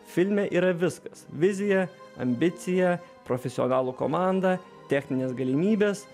filme yra viskas vizija ambicija profesionalų komanda techninės galimybės